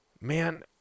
man